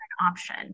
option